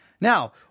Now